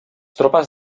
tropes